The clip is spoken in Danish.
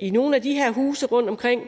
i nogle af de her huse rundtomkring.